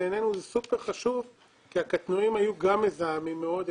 בעינינו זה סופר חשוב כי הקטנועים היו גם מזהמים מאוד.